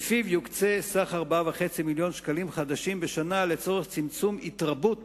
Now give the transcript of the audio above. שלפיו יוקצה סך של 4.5 מיליוני שקלים חדשים בשנה לצורך צמצום התרבות